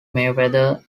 mayweather